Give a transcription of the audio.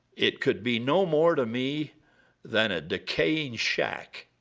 it could be no more to me than a decaying shack